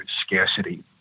scarcity